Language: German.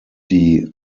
die